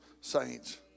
saints